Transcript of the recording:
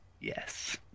Yes